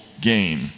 gain